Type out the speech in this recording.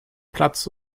platz